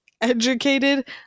educated